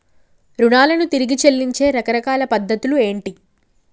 రుణాలను తిరిగి చెల్లించే రకరకాల పద్ధతులు ఏంటి?